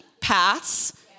paths